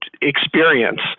experience